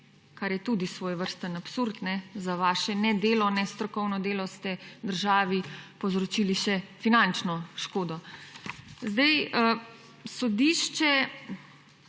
kar je tudi svojevrsten absurd. Za vaše nedelo, nestrokovno delo ste državi povzročili še finančno škodo. Sodišče